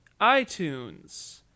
iTunes